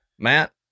Matt